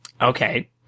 Okay